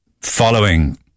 following